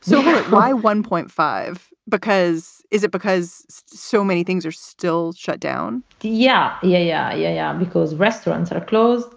so why one point five? because is it because so many things are still shut down? yeah. yeah, yeah. because restaurants are closed.